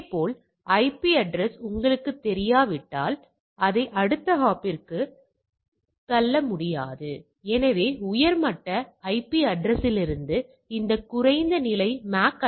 ஆனால் 60 முதல் 70 70 முதல் 80 90 வரை வெவ்வேறு எண்களை நான் காண்கிறேன் இப்போது அது உண்மையில் ஒரு முக்கியத்துவம் வாய்ந்த வித்தியாசமா